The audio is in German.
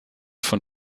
von